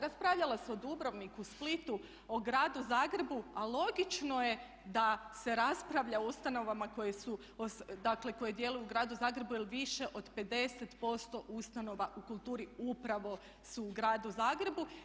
Raspravljalo se o Dubrovniku, Splitu, o gradu Zagrebu a logično je da se raspravlja o ustanovama koje su, dakle koje djeluju u gradu Zagrebu jer više od 50% ustanova u kulturi upravo su u gradu Zagrebu.